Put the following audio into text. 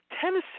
Tennessee